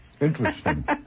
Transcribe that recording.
Interesting